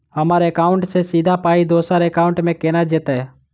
हम्मर एकाउन्ट सँ सीधा पाई दोसर एकाउंट मे केना जेतय?